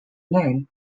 name